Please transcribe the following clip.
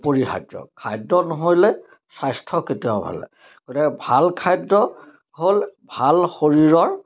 অপৰিহাৰ্য্য খাদ্য নহ'লে স্বাস্থ্য কেতিয়াও ভাল গতিকে ভাল খাদ্য হ'ল ভাল শৰীৰৰ